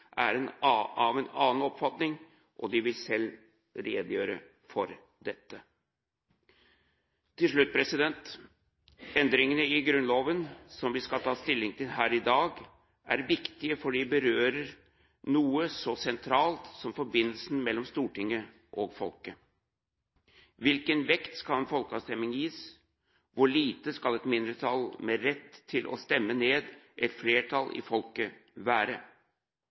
av en annen oppfatning, og de vil selv redegjøre for dette. Til slutt: Endringene i Grunnloven som vi skal ta stilling til her i dag, er viktige fordi de berører noe så sentralt som forholdet mellom Stortinget og folket. Hvilken vekt skal en folkeavstemning gis? Hvor lite skal et mindretall med rett til å stemme ned et flertall i folket være?